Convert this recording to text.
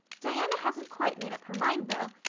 diana hasn't quite made up her mind though,